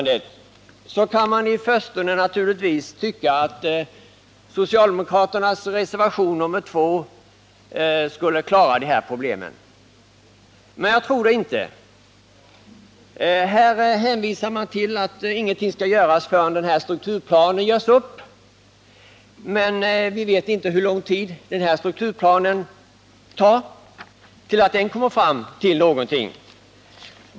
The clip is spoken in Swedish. När man tar del av utskottsbetänkandet och studerar socialdemokraternas reservation nr 2 kan man i förstone tycka att de har en lösning på problemen, men så är det nog inte. Här framhåller man att ingenting skall göras förrän en strukturplan lagts fram. Men vi vet inte hur lång tid det tar.